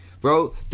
Bro